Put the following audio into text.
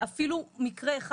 אפילו מקרה אחד.